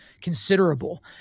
considerable